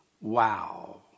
Wow